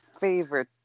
favorite